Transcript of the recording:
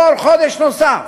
כל חודש נוסף.